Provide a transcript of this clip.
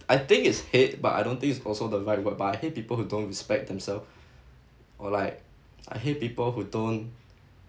I think is hate but I don't think is also the right word but I hate people who don't respect themselves or like I hate people who don't